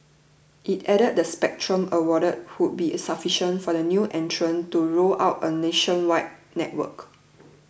it added the spectrum awarded would be sufficient for the new entrant to roll out a nationwide network